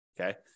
okay